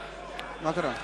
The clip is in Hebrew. נגד, 40, אין